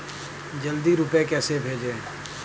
जल्दी रूपए कैसे भेजें?